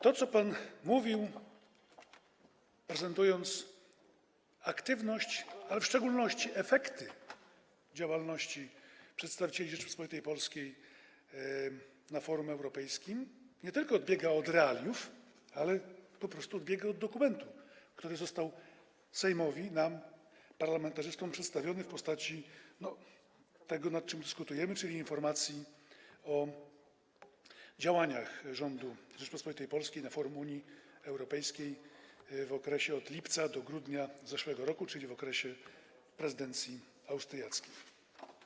To, co pan mówił, prezentując aktywność, a w szczególności efekty działalności przedstawicieli Rzeczypospolitej Polskiej na forum europejskim, nie tylko odbiega od realiów, ale po prostu odbiega od dokumentu, który został Sejmowi, nam, parlamentarzystom, przedstawiony w postaci tego, nad czym dyskutujemy, czyli informacji o działaniach rządu Rzeczypospolitej Polskiej na forum Unii Europejskiej w okresie od lipca do grudnia zeszłego roku, czyli w okresie prezydencji austriackiej.